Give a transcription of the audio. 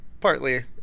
partly